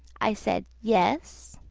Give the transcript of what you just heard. i said, yes.